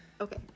Okay